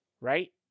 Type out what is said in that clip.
right